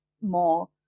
more